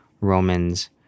Romans